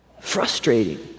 Frustrating